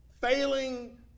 Failing